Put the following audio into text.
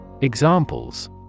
Examples